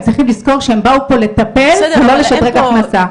צריכים לזכור שהם באו לפה כדי לטפל ולא כדי לשדרג הכנסה.